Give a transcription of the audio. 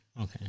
Okay